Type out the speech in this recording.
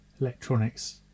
electronics